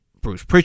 Bruce